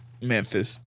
Memphis